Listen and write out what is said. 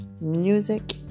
Music